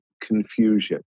confusion